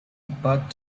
but